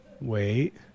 Wait